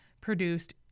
produced